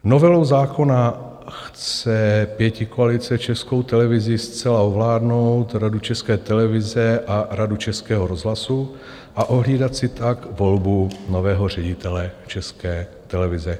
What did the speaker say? Novelou zákona chce pětikoalice Českou televizi zcela ovládnout, Radu České televize a Radu Českého rozhlasu, a ohlídat si tak volbu nového ředitele České televize.